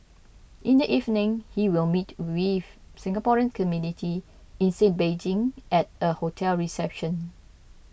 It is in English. in the evening he will meet with Singaporean community in sit Beijing at a hotel reception